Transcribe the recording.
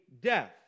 death